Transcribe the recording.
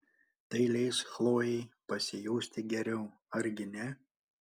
tai leis chlojei pasijusti geriau argi ne